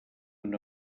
una